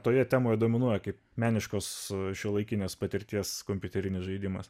toje temoje dominuoja kaip meniškos šiuolaikinės patirties kompiuterinis žaidimas